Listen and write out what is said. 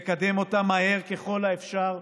לקדם אותה מהר ככל האפשר ובתיאום,